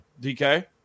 DK